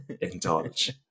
indulge